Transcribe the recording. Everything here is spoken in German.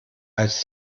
als